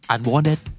Unwanted